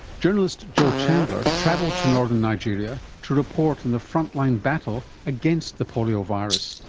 journalist jo chandler travelled to northern nigeria to report on the frontline battle against the polio virus.